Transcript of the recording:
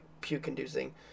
puke-inducing